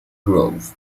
grove